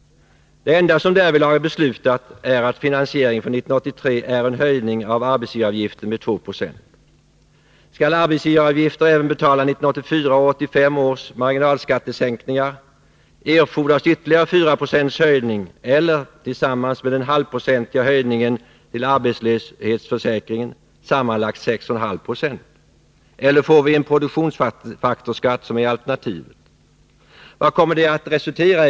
Det enda som därvidlag är beslutat är att finansieringen för 1983 är en höjning av arbetsgivaravgiften med 2 90. Skall arbetsgivaravgifter betala även 1984 och 1985 års marginalskattesänkningar, erfordras ytterligare 4 90 höjning, eller tillsammans med den halvprocentiga höjningen för arbetslöshetsförsäkringen sammanlagt 6,5 2, eller får vi en produktionsfaktorsskatt som alternativ? Vad kommer detta att resultera i?